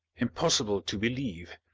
impossible to believe,